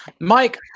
mike